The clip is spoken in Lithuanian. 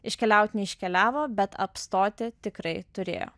iškeliaut neiškeliavo bet apstoti tikrai turėjo